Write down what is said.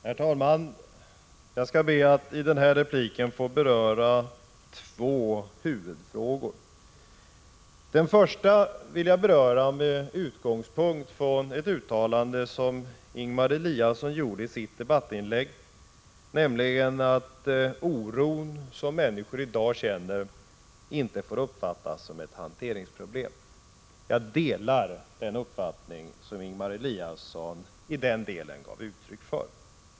Herr talman! I denna replik vill jag ta upp två huvudfrågor. Den första huvudfrågan vill jag beröra med utgångspunkt i ett uttalande som Ingemar Eliasson gjorde i sitt debattinlägg här, nämligen att den oro som människor i dag känner inte får uppfattas som ett hanteringsproblem. Jag delar den uppfattning som Ingemar Eliasson i den delen gav uttryck för.